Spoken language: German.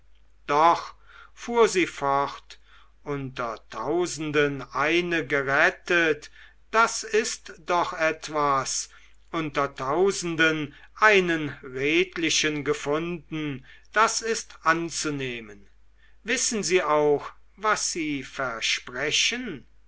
doch fuhr sie fort unter tausenden eine gerettet das ist doch etwas unter tausenden einen redlichen gefunden das ist anzunehmen wissen sie auch was sie versprechen